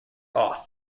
off